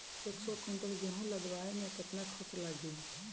एक सौ कुंटल गेहूं लदवाई में केतना खर्चा लागी?